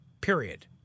period